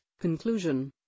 Conclusion